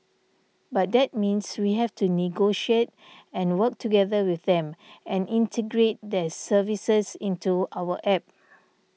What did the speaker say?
but that means we have to negotiate and work together with them and integrate their services into our app